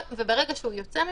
וברגע שהוא יוצא ממנו,